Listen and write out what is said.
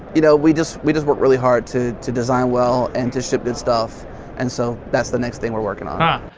you know, we just we just work really hard to to design well and to ship good stuff and so, that's the next thing we're working on ha,